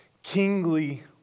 kingly